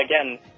again